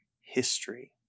history